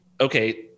okay